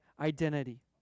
identity